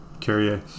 Carrier